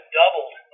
doubled